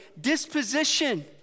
disposition